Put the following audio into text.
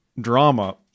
drama